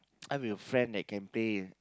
I will friend that campaign